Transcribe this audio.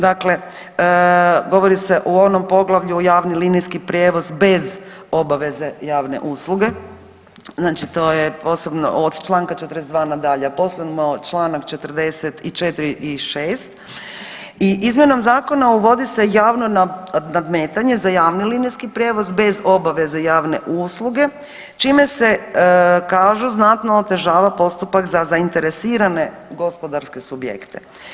Dakle, govori se u onom poglavlju javni linijski prijevoz bez obaveze javne usluge, znači to je posebno od čl. 42.na dalje, posebno čl. 44. i 6. i izmjenom zakona uvodi se javno nadmetanje za javni linijski prijevoz bez obaveze javne usluge čime se kažu znatno otežava postupak za zainteresirane gospodarske subjekte.